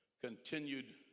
continued